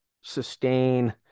sustain